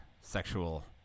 sexual